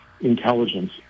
intelligence